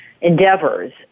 endeavors